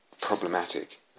problematic